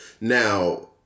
Now